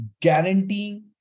guaranteeing